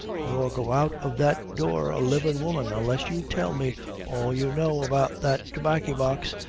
nor go out of that door a livin' woman, unless you tell me all you know about that tobaccy-box.